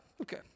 Okay